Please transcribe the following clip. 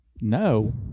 no